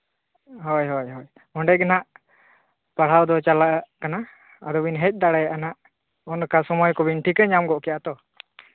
ᱦᱳᱭ ᱦᱳᱭ ᱚᱸᱰᱮ ᱜᱮ ᱦᱟᱸᱜ ᱯᱟᱲᱦᱟᱣ ᱫᱚ ᱪᱟᱞᱟᱜ ᱠᱟᱱᱟ ᱟᱨᱚ ᱵᱤᱱ ᱦᱮᱡ ᱫᱟᱲᱮᱭᱟᱜᱼᱟ ᱦᱟᱸᱜ ᱚᱱᱠᱟ ᱥᱚᱢᱚᱭ ᱠᱚᱵᱤᱱ ᱴᱷᱤᱠᱟᱹ ᱧᱟᱢ ᱜᱚᱜ ᱠᱮᱫᱼᱟ ᱛᱚ